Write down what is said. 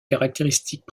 caractéristiques